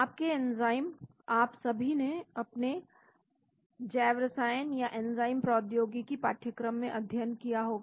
आपके एंजाइम आप सभी ने अपने जैव रसायन या एंजाइम प्रौद्योगिकी पाठ्यक्रम में अध्ययन किया होगा